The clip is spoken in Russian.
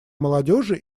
молодежи